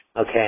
okay